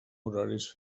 horaris